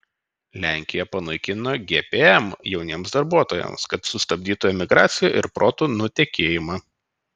lenkija panaikino gpm jauniems darbuotojams kad sustabdytų emigraciją ir protų nutekėjimą